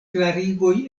klarigoj